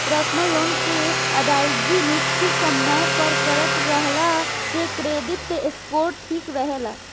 personal loan के अदायगी निसचित समय पर करत रहला से क्रेडिट स्कोर ठिक रहेला